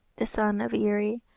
the son of eri,